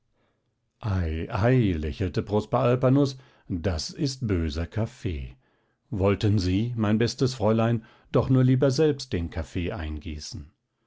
lächelte prosper alpanus das ist böser kaffee wollten sie mein bestes fräulein doch nur lieber selbst den kaffee eingießen